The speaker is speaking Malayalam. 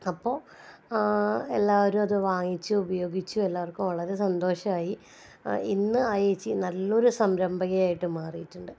അപ്പോൾ എല്ലാവരും അത് വാങ്ങിച്ചു ഉപയോഗിച്ചു എല്ലാവർക്കും വളരെ സന്തോഷമായി ആ ഇന്ന് ആ ചേച്ചി നല്ലൊരു സംരംഭകയായിട്ട് മാറിയിട്ടുണ്ട്